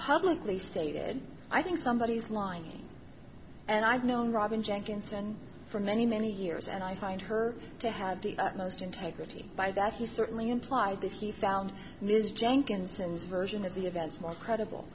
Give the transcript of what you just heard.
publicly stated i think somebody is lying and i've known robin jenkins and for many many years and i find her to have the utmost integrity by that he certainly implied that he found news jenkinson his version of the events more credible